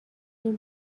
این